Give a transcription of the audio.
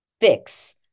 fix